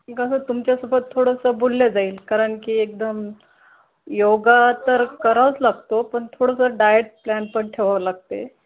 कसं तुमच्यासोबत थोडंसं बोललं जाईल कारण की एकदम योगा तर करावाच लागतो पण थोडंसं डायट प्लॅन पण ठेवावे लागते